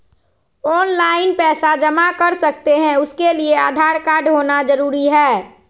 Online पैसा जमा कर सकते हैं उसके लिए आधार कार्ड होना जरूरी है?